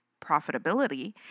profitability